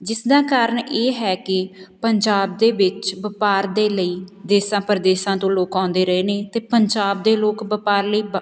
ਜਿਸ ਦਾ ਕਾਰਨ ਇਹ ਹੈ ਕਿ ਪੰਜਾਬ ਦੇ ਵਿੱਚ ਵਪਾਰ ਦੇ ਲਈ ਦੇਸਾਂ ਪ੍ਰਦੇਸਾਂ ਤੋਂ ਲੋਕ ਆਉਂਦੇ ਰਹੇ ਨੇ ਅਤੇ ਪੰਜਾਬ ਦੇ ਲੋਕ ਵਪਾਰ ਲਈ ਬਾ